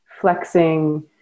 flexing